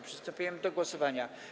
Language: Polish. Przystępujemy do głosowania.